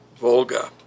Volga